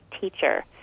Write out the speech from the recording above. teacher